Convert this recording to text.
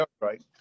right